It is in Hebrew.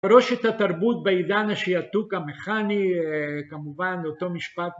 בראשית התרבות בעידן השיעתוק המכני כמובן אותו משפט